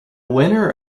winner